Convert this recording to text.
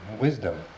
wisdom